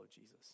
Jesus